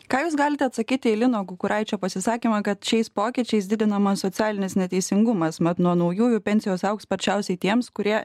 ką jūs galite atsakyti į lino kukuraičio pasisakymą kad šiais pokyčiais didinamas socialinis neteisingumas mat nuo naujųjų pensijos augs sparčiausiai tiems kurie